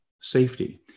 safety